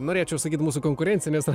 norėčiau sakyti mūsų konkurencinės